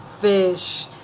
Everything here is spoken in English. fish